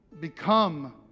become